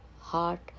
heart